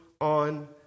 on